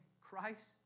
Christ